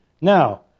Now